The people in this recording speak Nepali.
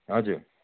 हजुर